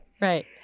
right